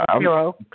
zero